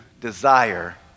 desire